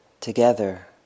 together